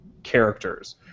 Characters